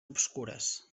obscures